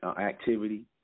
activity